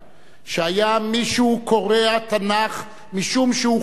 שמישהו קורע תנ"ך משום שהוא חשב